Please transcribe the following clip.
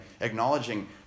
acknowledging